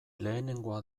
lehenengoa